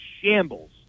shambles